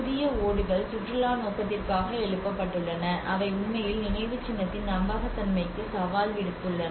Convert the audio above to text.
புதிய ஓடுகள் சுற்றுலா நோக்கத்திற்காக எழுப்பப்பட்டுள்ளன அவை உண்மையில் நினைவுச்சின்னத்தின் நம்பகத்தன்மைக்கு சவால் விடுத்துள்ளன